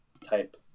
type